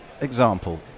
example